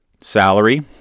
salary